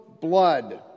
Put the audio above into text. blood